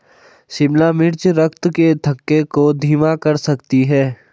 शिमला मिर्च रक्त के थक्के को धीमा कर सकती है